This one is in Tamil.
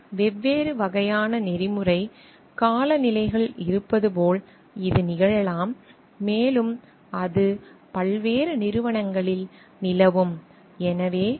வெவ்வேறு வகையான நெறிமுறை காலநிலைகள் இருப்பது போல் இது நிகழலாம் மேலும் அது பல்வேறு நிறுவனங்களில் நிலவும்